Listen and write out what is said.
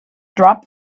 drop